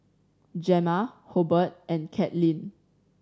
Gemma Hobert and Katlynn